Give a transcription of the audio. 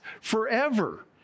forever